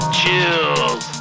chills